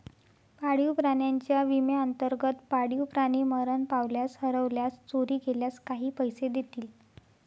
पाळीव प्राण्यांच्या विम्याअंतर्गत, पाळीव प्राणी मरण पावल्यास, हरवल्यास, चोरी गेल्यास काही पैसे देतील